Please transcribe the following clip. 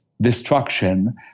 destruction